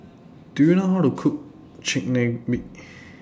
Do YOU know How to Cook Chigenabe